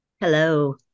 Hello